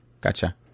gotcha